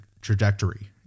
trajectory